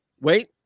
wait